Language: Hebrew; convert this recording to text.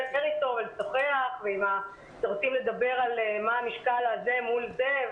איתו ולשוחח כשרוצים לדבר על מה המשקל הזה מול זה,